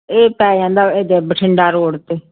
ਇਹ ਪੈ ਜਾਂਦਾ ਇੱਧਰ ਬਠਿੰਡਾ ਰੋਡ 'ਤੇ